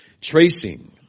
tracing